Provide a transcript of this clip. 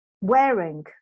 wearing